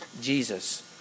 Jesus